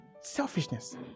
selfishness